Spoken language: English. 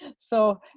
so,